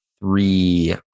three